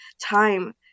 time